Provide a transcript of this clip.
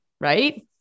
right